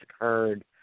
occurred